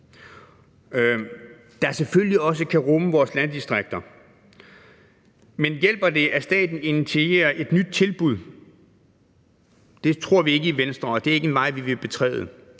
der selvfølgelig også kan rumme vores landdistrikter, men hjælper det, at staten initierer et nyt tilbud? Det tror vi ikke i Venstre, og det er ikke en vej, vi vil betræde.